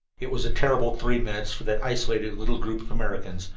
it was a terrible three minutes for that isolated little group of americans,